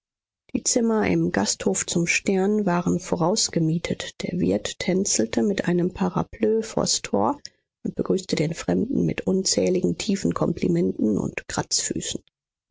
die zimmer im gasthof zum stern waren vorausgemietet der wirt tänzelte mit einem parapluie vors tor und begrüßte den fremdling mit unzähligen tiefen komplimenten und